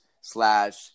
slash